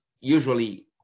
usually